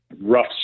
rough